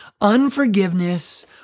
Unforgiveness